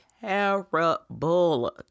terrible